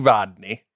Rodney